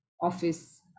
office